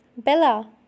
Bella